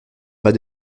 bas